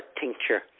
tincture